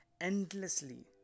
endlessly